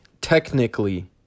technically